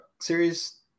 series